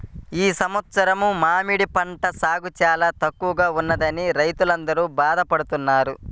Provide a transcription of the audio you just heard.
ఈ సంవత్సరం మామిడి పంట సాగు చాలా తక్కువగా ఉన్నదని రైతులందరూ బాధ పడుతున్నారు